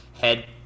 head